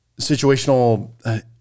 Situational